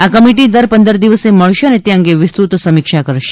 આ કમિટી દર પંદર દિવસે મળશે અને તે અંગે વિસ્તૃત સમીક્ષા કરશે